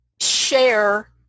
share